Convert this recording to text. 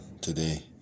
today